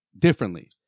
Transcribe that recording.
Differently